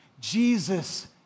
Jesus